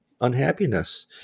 unhappiness